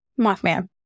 mothman